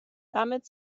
damit